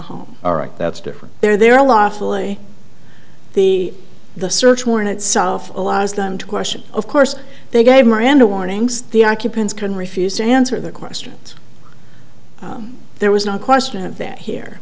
home all right that's different there are a lot really the the search warrant itself allows them to question of course they gave miranda warnings the occupants can refuse to answer their questions there was no question of that here